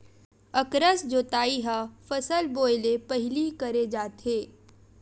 अकरस जोतई ह फसल बोए ले पहिली करे जाथे